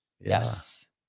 Yes